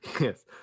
Yes